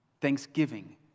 Thanksgiving